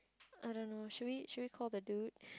I don't know should we should we call the dude